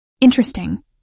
Interesting